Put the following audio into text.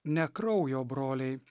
ne kraujo broliai